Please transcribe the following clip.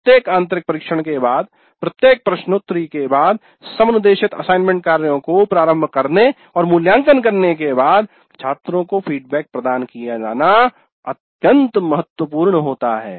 प्रत्येक आंतरिक परीक्षण के बाद प्रत्येक प्रश्नोत्तरी के बाद समनुदेशित कार्यों को प्रारंभ करने और मूल्यांकन करने के बाद छात्रों को फीडबैक प्रदान किया जाना अत्यंत महत्वपूर्ण होता है